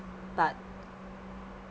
but